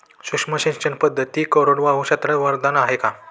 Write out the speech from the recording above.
सूक्ष्म सिंचन पद्धती कोरडवाहू क्षेत्रास वरदान आहे का?